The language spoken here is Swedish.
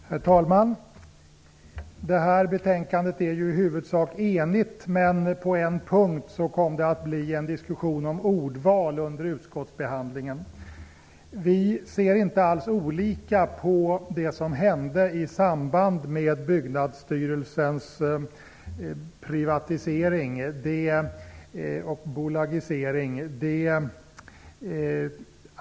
Herr talman! Det här betänkandet är i huvudsak enigt, men på en punkt kom det under utskottsbehandlingen att bli en diskussion om ordval. Vi ser inte alls olika på det som hände i samband med Byggnadsstyrelsens privatisering och bolagisering.